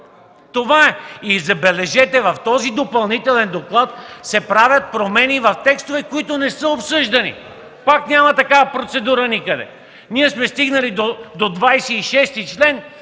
Това е. Забележете, в този Допълнителен доклад се правят промени в текстове, които не са обсъждани – пак няма такава процедура никъде. Ние сме стигнали до чл.